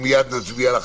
ומייד אחר כך נצביע.